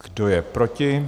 Kdo je proti?